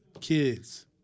kids